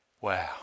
Wow